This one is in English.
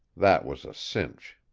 that was a cinch.